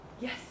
Yes